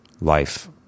life